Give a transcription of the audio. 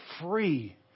free